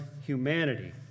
humanity